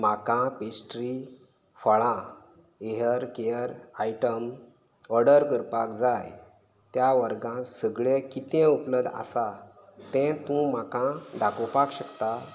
म्हाका पेस्ट्री फळां hair care item order करपाक जाय त्या वर्गांत सगळे कितें उपलब्द आसा तें तूं म्हाका दाखोवपाक शकता